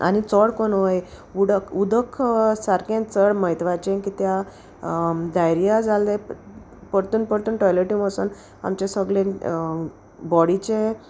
आनी चोड कोन वोय उडक उदक सारकें चड म्हत्वाचें कित्या डायरिया जाल्ले परतून परतून टॉयलेटी वसोन आमचें सोगलें बॉडीचें